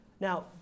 Now